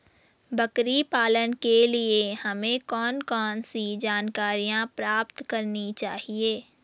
बकरी पालन के लिए हमें कौन कौन सी जानकारियां प्राप्त करनी चाहिए?